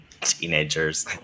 teenagers